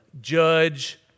Judge